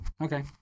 Okay